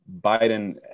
Biden